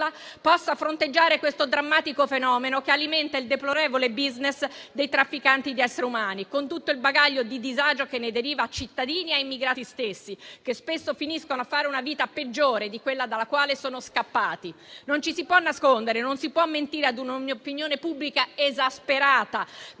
possa fronteggiare questo drammatico fenomeno che alimenta il deplorevole *business* dei trafficanti di esseri umani, con tutto il bagaglio di disagio che ne deriva a cittadini e immigrati stessi, che spesso finiscono a fare una vita peggiore di quella dalla quale sono scappati. Non ci si può nascondere, non si può mentire ad una opinione pubblica esasperata.